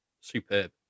superb